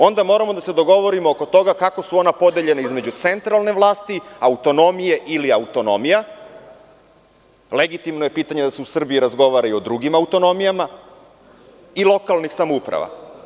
Onda moramo da se dogovorimo oko toga kako su ona podeljena između centralne vlasti, autonomije ili autonomija, jer, legitimno je pitanje da se u Srbiji razgovara i o drugim autonomijama i lokalnih samouprava.